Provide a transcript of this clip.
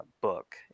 book